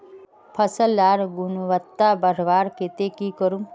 फसल लार गुणवत्ता बढ़वार केते की करूम?